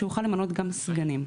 שיוכל למנות גם סגנים.